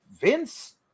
Vince